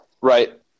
right